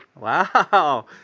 Wow